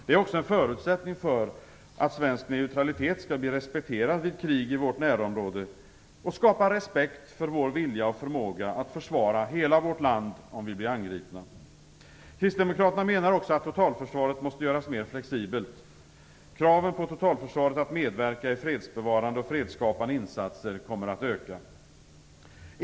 Det är också en förutsättning för att svensk neutralitet skall bli respekterad vid krig i vårt närområde, samtidigt som det skapar respekt för vår vilja och förmåga att försvara hela vårt land om vi blir angripna. Kristdemokraterna menar också att totalförsvaret måste göras mer flexibelt. Kraven på totalförsvaret att medverka i fredsbevarande och fredsskapande insatser kommer att öka.